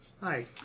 Hi